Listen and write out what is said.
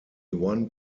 one